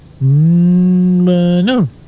no